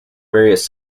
various